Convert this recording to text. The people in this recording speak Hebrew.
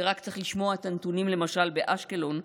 ורק צריך לשמוע את הנתונים למשל באשקלון,